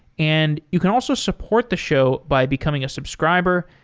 and you can also support the show by becoming a subscriber.